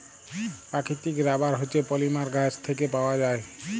পাকিতিক রাবার হছে পলিমার গাহাচ থ্যাইকে পাউয়া যায়